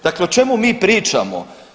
Dakle o čemu mi pričamo?